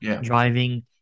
driving